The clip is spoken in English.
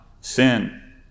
sin